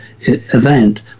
event